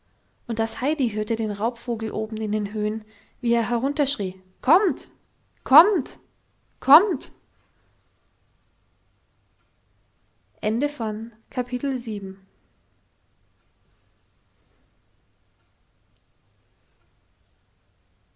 und das heidi hörte den raubvogel oben in den höhen wie er herunterschrie kommt kommt kommt